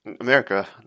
America